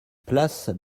place